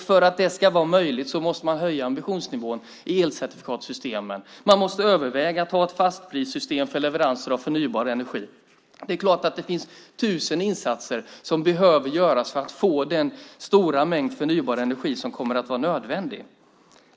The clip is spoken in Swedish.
För att det ska vara möjligt måste man höja ambitionsnivån när det gäller elcertifikatssystemen. Man måste överväga att ha ett fastprissystem för leveranser av förnybar energi. Det är klart att det finns tusen insatser som behöver göras för att få den stora mängd förnybar energi som kommer att vara nödvändig.